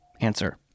answer